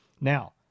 Now